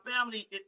family